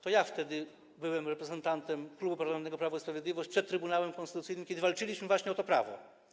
To ja byłem reprezentantem Klubu Parlamentarnego Prawo i Sprawiedliwość przed Trybunałem Konstytucyjnym, kiedy walczyliśmy o to prawo.